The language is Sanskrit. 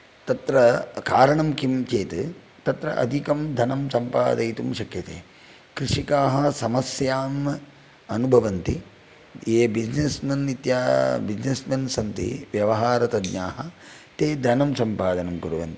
तत्र कारणं किं चेत् तत्र अधिकं धनं सम्पादयितुं शक्यते कृषिकाः समस्यान् अनुभवन्ति ये बिस्नेस्मेन् बिस्नेस्मेन् सन्ति व्यवहारतज्ञाः ते धनं सम्पादनं कुर्वन्ति